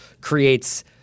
creates